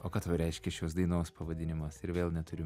o ką tau reiškia šios dainos pavadinimas ir vėl neturiu